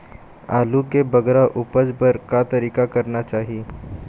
आलू के बगरा उपज बर का तरीका करना चाही?